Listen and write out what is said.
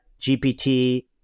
GPT